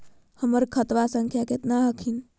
हमर खतवा संख्या केतना हखिन?